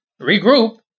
regroup